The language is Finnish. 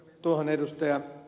tuohon ed